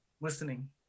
listening